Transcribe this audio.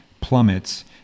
plummets